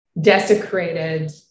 desecrated